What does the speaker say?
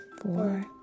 four